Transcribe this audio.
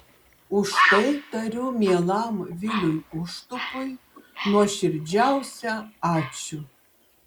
už tai tariu mielam viliui užtupui nuoširdžiausią ačiū